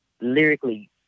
lyrically